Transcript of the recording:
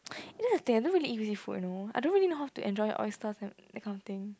that's the thing I don't really eat seafood you know I don't really know how to enjoy oysters and that kind of thing